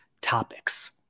topics